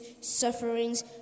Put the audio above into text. sufferings